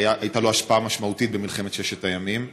שהייתה לו השפעה משמעותית במלחמת ששת הימים.